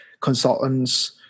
consultants